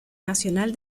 nacional